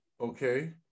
Okay